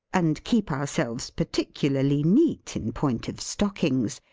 and keep ourselves particularly neat in point of stockings,